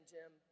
Jim